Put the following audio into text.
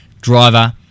Driver